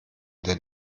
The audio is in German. den